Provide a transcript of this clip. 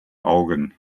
augen